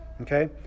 okay